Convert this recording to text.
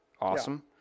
awesome